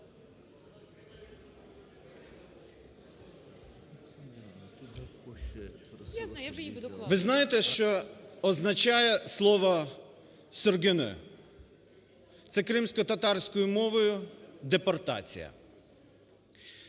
Ви знаєте, що означає слово "сюрген"? Це кримськотатарською мовою "депортація".